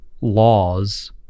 laws